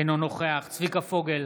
אינו נוכח צביקה פוגל,